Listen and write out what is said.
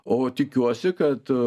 o tikiuosi kad